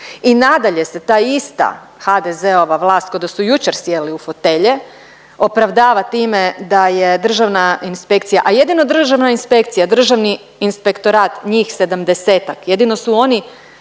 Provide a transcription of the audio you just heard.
I nadalje se ta ista HDZ-ova vlast ko da su jučer sjeli u fotelje, opravdava time da je državna inspekcija, a jedino državna inspekcija Državni inspektorat njih 70-ak jedino su oni